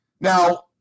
Now